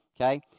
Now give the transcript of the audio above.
okay